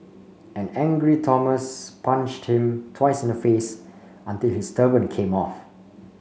an angry Thomas punched him twice in the face until his turban came off